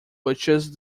purchased